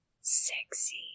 sexy